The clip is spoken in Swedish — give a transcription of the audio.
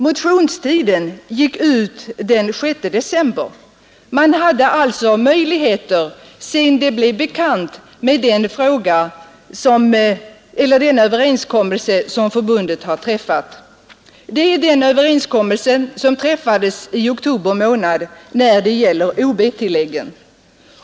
Motionstiden till Handels” kongress gick ut den 6 december. Det fanns alltså möjligheter att motionera efter det att den överenskommelse som förbundet hade träffat blev bekant. Den överenskommelsen, vilken träffades i oktober månad, gällde ob-tilläggen.